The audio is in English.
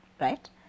right